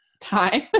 time